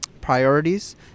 priorities